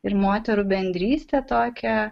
ir moterų bendrystę tokią